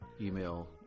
email